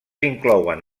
inclouen